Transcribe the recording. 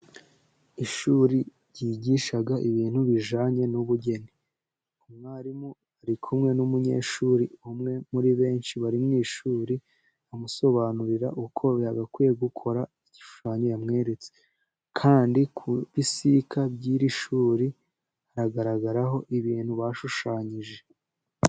Ishuri ryigisha ibintu bijyanye n'ubugeni. Umwarimu ari kumwe n'umunyeshuri umwe muri benshi bari mu ishuri amusobanurira uko yagakwiye gukora igishushanyo yamweretse kandi ku bisika by'iri shuri hagaragaraho ibintu bashushanyije.